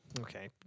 okay